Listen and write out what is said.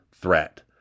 threat